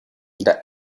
the